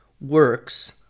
works